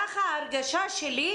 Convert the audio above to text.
זו ההרגשה שלי,